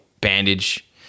bandage